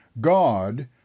God